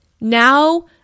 Now